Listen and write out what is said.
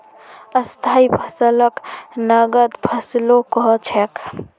स्थाई फसलक नगद फसलो कह छेक